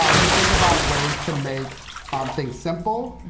um should think about ways to make um things simple,